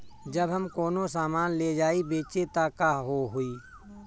जब हम कौनो सामान ले जाई बेचे त का होही?